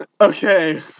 Okay